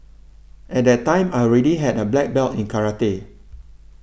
at that time I already had a black belt in karate